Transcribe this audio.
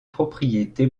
propriété